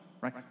right